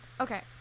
Okay